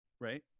Right